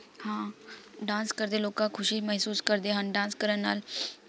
ਹਾਂ ਡਾਂਸ ਕਰਦੇ ਲੋਕਾਂ ਖੁਸ਼ੀ ਮਹਿਸੂਸ ਕਰਦੇ ਹਨ ਡਾਂਸ ਕਰਨ ਨਾਲ